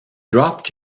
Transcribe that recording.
dropped